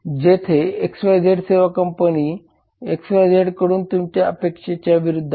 जेथे XYZ सेवा company XYZ कडून तुमच्या अपेक्षेच्या विरूद्ध आहे